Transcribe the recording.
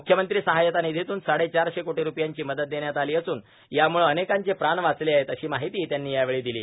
मुख्यमंत्री सहायता निधीतुन साडेचारशे कोटी रूपयांची मदत देण्यात आली असून यामुळं अनेकांचे प्राण वाचले आहेत अशी माहितीही त्यांनी यावेळी दिली